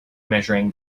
measuring